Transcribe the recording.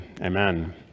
Amen